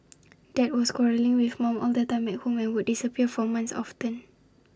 dad was quarrelling with mum all the time at home and would disappear for months often